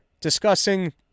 discussing